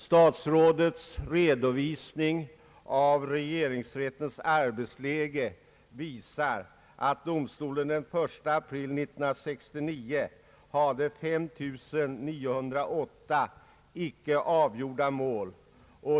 Statsrådets redovisning av regeringsrättens arbetsläge visar att domstolen den 1 april 1969 hade 5 908 icke avgjorda mål.